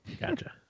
Gotcha